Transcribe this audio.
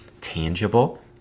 tangible